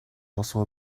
also